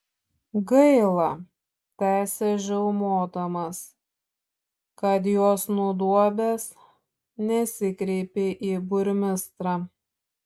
gaila tęsė žiaumodamas kad juos nudobęs nesikreipei į burmistrą